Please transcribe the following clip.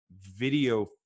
video